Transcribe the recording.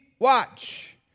Watch